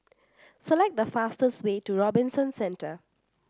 select the fastest way to Robinson Centre